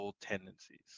tendencies